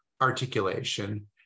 articulation